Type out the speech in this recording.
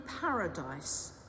paradise